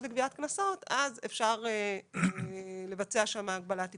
לגביית קנסות אז אפשר לבצע שם הגבלת עיכוב יציאה,